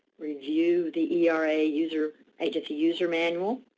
review the era user agency user manual.